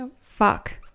fuck